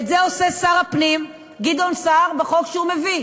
את זה עושה שר הפנים גדעון סער בחוק שהוא מביא.